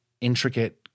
intricate